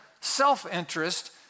self-interest